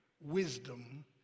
wisdom